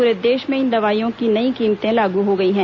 पूरे देश में इन दवाइयों की नई कीमतें लागू हो गई हैं